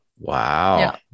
Wow